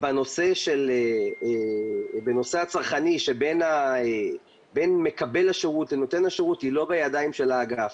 בנושא הצרכני שבין מקבל השירות לנותן השירות היא לא בידיים של האגף.